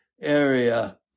area